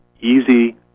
easy